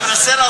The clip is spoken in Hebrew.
אני שואל.